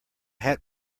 hat